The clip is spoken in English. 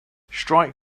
strike